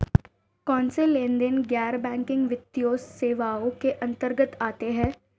कौनसे लेनदेन गैर बैंकिंग वित्तीय सेवाओं के अंतर्गत आते हैं?